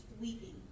weeping